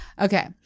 Okay